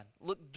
Look